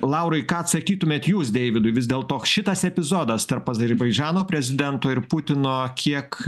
laurai ką atsakytumėt jūs deividui vis dėlto šitas epizodas tarp azerbaidžano prezidento ir putino kiek